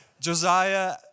Josiah